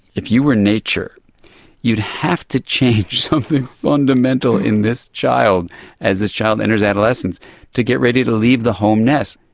if you were nature you'd have to change something fundamental in this child as this child enters adolescence to get ready to leave the home nest.